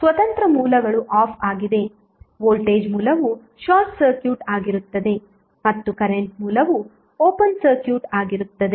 ಸ್ವತಂತ್ರ ಮೂಲಗಳು ಆಫ್ ಆಗಿವೆ ವೋಲ್ಟೇಜ್ ಮೂಲವು ಶಾರ್ಟ್ ಸರ್ಕ್ಯೂಟ್ ಆಗಿರುತ್ತದೆ ಮತ್ತು ಕರೆಂಟ್ ಮೂಲವು ಓಪನ್ ಸರ್ಕ್ಯೂಟ್ ಆಗಿರುತ್ತದೆ